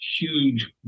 huge